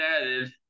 added